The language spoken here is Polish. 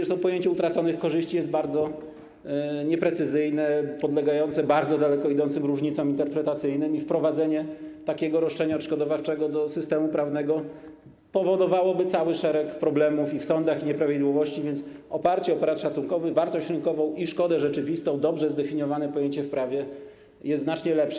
Zresztą pojęcie utraconych korzyści jest bardzo nieprecyzyjne, podlegające bardzo daleko idącym różnicom interpretacyjnym i wprowadzenie takiego roszczenia odszkodowawczego do systemu prawnego powodowałoby cały szereg problemów i nieprawidłowości w sądach, więc oparcie o operat szacunkowy, wartość rynkową i szkodę rzeczywistą - dobrze zdefiniowane pojęcie w prawie jest znacznie lepsze.